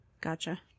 Gotcha